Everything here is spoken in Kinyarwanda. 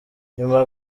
nyuma